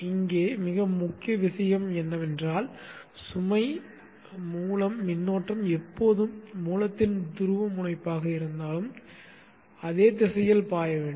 இங்கே முக்கிய விஷயம் என்னவென்றால் சுமை மூலம் மின்னோட்டம் எப்போதும் மூலத்தின் துருவமுனைப்பாக இருந்தாலும் அதே திசையில் பாய வேண்டும்